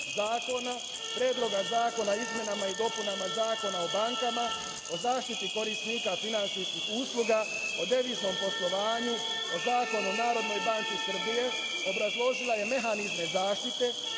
zakona, Predloga zakona o izmenama i dopunama Zakona o bankama, o zaštiti korisnika finansijskih usluga, o deviznom poslovanju, o Zakonu o NBS, obrazložila je mehanizme zaštite